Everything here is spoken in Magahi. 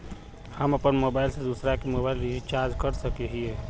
हम अपन मोबाईल से दूसरा के मोबाईल रिचार्ज कर सके हिये?